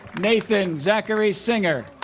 nathan zachary singer